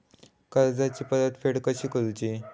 कर्जाची परतफेड कशी करूची?